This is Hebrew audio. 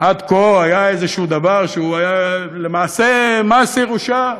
עד כה היה איזשהו דבר שהיה למעשה מס ירושה,